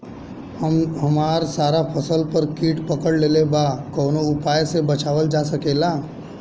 हमर सारा फसल पर कीट पकड़ लेले बा कवनो उपाय से बचावल जा सकेला?